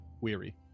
weary